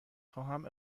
خواهم